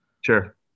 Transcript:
sure